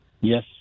yes